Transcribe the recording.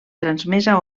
transmesa